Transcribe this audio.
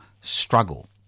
struggle